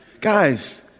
Guys